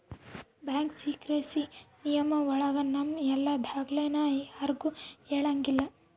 bank secrecy ನಿಯಮ ಒಳಗ ನಮ್ ಎಲ್ಲ ದಾಖ್ಲೆನ ಯಾರ್ಗೂ ಹೇಳಂಗಿಲ್ಲ